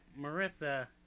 Marissa